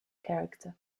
character